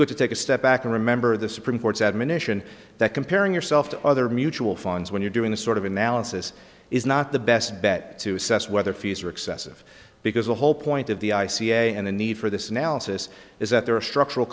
good to take a step back and remember the supreme court's admonition that comparing yourself to other mutual funds when you're doing the sort of analysis is not the best bet to assess whether fees are excessive because the whole point of the i c a and the need for this analysis is that there are structural